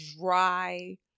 dry